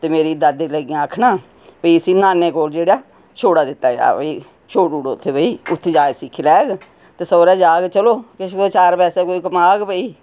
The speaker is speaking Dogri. ते मेरी दादी लगियां आक्खन कि इसी नानै कोल जेहड़ा छोड़ा दित्ता जाए भाई छोड़ी ओड़ो उत्थै भाई जाच सिक्खी लैह्ग ते सौह्रे जाह्ग चलो किश ते चार पैसे कमाग कोई